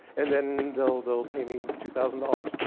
and then they'll they'll pay me two thousand dollars.